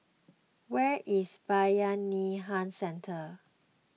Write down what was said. where is Bayanihan Centre